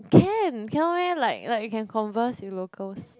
!can! cannot meh like like you can converse with locals